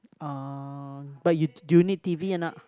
uh but you do you need t_v or not